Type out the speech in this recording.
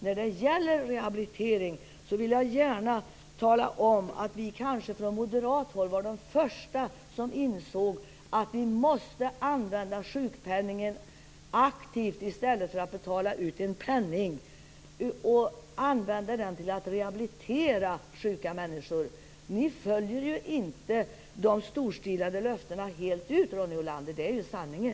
När det gäller rehabilitering vill jag gärna tala om att vi från moderat håll kanske var de första som insåg att vi måste använda sjukpenningen aktivt, i stället för att betala ut en penning, och använda den till att rehabilitera sjuka människor. Ni följer ju inte de storstilade löftena fullt ut, Ronny Olander. Det är sanningen.